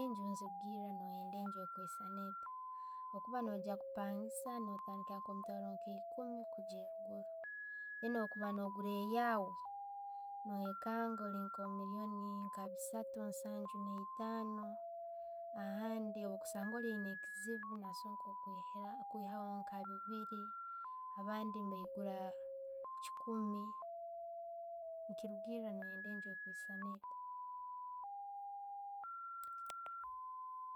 Nekisiigikiira no'yenda enju ekwisaana etta. Okuba noija kupangisa, no'tandikira ha mitwaro nka ekkuumi bwokuba no gura eyaawe, noyekanga oli nka million bisaatu, kwiika nsanju naittano. A handi no'sanga oli alina ekizibu, nasoko nakwihaho nka bibiiri. Abandi nebaigura kikuumi, nekirugiira noyenda enju ekwisaana etta.